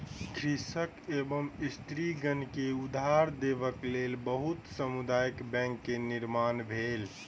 कृषक एवं स्त्रीगण के उधार देबक लेल बहुत समुदाय बैंक के निर्माण भेलै